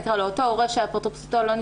אותו הורה שאפוטרופסותו לא נשללה,